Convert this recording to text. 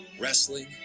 wrestling